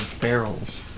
barrels